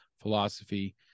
philosophy